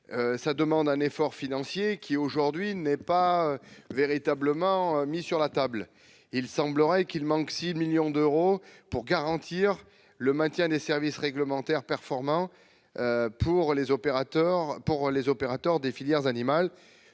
ça demande un effort financier qui aujourd'hui n'est pas véritablement mis sur la table et il semblerait qu'il manque 6 millions d'euros pour garantir le maintien des services réglementaire performant pour les opérateurs pour les